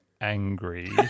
angry